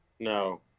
No